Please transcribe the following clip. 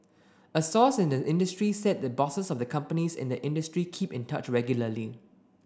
a source in the industry said the bosses of the companies in the industry keep in touch regularly